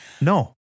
No